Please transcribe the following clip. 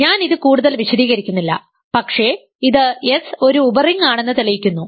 ഞാൻ ഇത് കൂടുതൽ വിശദീകരിക്കുന്നില്ല പക്ഷേ ഇത് S ഒരു ഉപറിംഗ് ആണെന്ന് തെളിയിക്കുന്നു